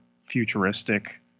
futuristic